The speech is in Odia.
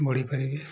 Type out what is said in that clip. ବଢ଼ିପାରିବି